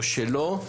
או שלא,